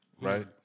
Right